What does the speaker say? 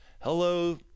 hello